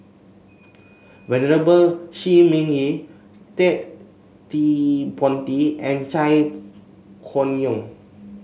Venerable Shi Ming Yi Ted De Ponti and Chai Hon Yoong